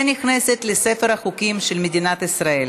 ונכנסת לספר החוקים של מדינת ישראל.